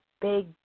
big